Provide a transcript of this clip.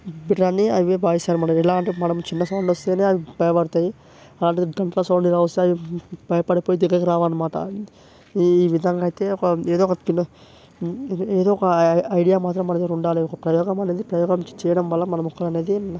బెట్టరని అవే భావిస్తాయన్నమాట ఇలాంటివి మనం చిన్న సౌండ్ వస్తేనే అవి భయపడతయి అలాంటిది గంట్ల సౌండ్గా వస్తే అవి భయపడిపోయి దగ్గరకి రావన్నమాట ఈ విధంగా అయితే ఒక ఏదో ఒక చిన్న ఏదో ఒక ఐడియా మాత్రం మన దగ్గరుండాలి ఒక ప్రయోగమనేది ప్రయోగం చేయడం వల్ల మన మొక్కలనేది